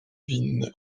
winny